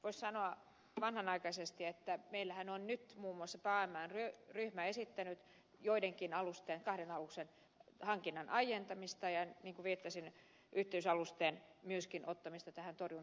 voisi sanoa vanhanaikaisesti että meillähän on nyt muun muassa työryhmä esittänyt joidenkin alusten kahden aluksen hankinnan aientamista ja niin kuin viittasin yhteysalustenkin ottamista tähän torjuntaan mukaan